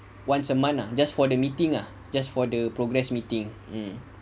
once a month ah just for the meeting ah just for the progress meeting mm